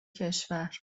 کشور